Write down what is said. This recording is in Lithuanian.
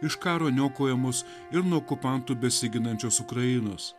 iš karo niokojamos ir nuo okupantų besiginančios ukrainos